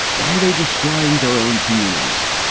why are they destroying their own communities?